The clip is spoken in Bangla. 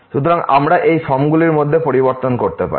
সুতরাং আমরা এই ফর্মগুলির মধ্যে পরিবর্তন করতে পারি